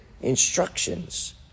instructions